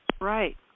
Right